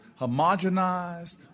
homogenized